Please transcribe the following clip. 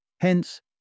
Hence